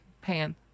Pan